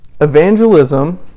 evangelism